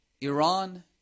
Iran